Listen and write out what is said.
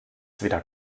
wieder